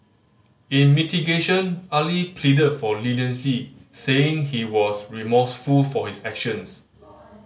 in mitigation Ali pleaded for leniency saying he was remorseful for his actions